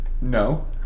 no